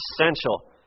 essential